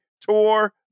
Tour